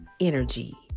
Energy